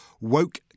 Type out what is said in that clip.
woke